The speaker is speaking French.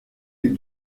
les